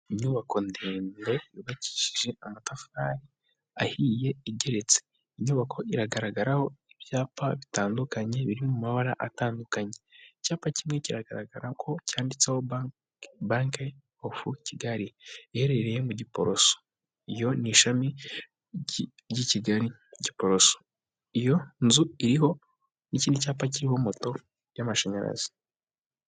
Inyubako ndende yubakishije amatafari ahiye igeretse, inyubako iragaragaraho ibyapa bitandukanye biri mu mabara atandukanye, icyapa kimwe kigaragara ko cyanditseho banki ofu Kigali iherereye mu Giporoso, iyo ni ishami ry'i Kigali Giporoso, iyo nzu iriho n'ikindi cyapa kiriho moto y'amashanyarazi.